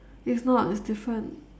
it's not it's different